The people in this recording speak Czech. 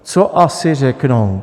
Co asi řeknou?